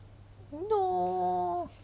no